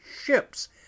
ships